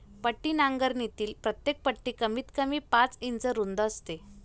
पट्टी नांगरणीतील प्रत्येक पट्टी कमीतकमी पाच इंच रुंद असते